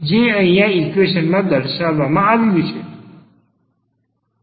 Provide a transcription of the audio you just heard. જે અહિયાં ઈક્વેશન માં દર્શાવવામાં આવ્યું છે